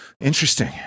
interesting